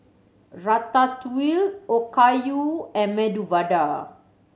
Ratatouille Okayu and Medu Vada